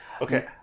Okay